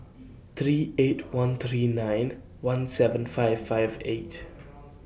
three eight one three nine one seven five five eight